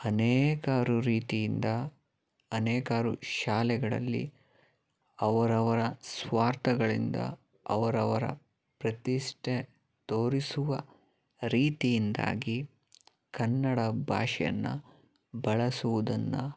ಅನೇಕಾರು ರೀತಿಯಿಂದ ಅನೇಕಾರು ಶಾಲೆಗಳಲ್ಲಿ ಅವರವರ ಸ್ವಾರ್ಥಗಳಿಂದ ಅವರವರ ಪ್ರತಿಷ್ಠೆ ತೋರಿಸುವ ರೀತಿಯಿಂದಾಗಿ ಕನ್ನಡ ಭಾಷೆಯನ್ನು ಬಳಸುವುದನ್ನು